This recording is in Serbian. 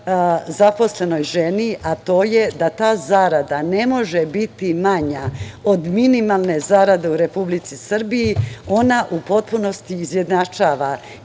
zaposlenoj ženi, a to je da ta zarada ne može biti manja od minimalne zarade u Republici Srbiji, ona u potpunosti izjednačava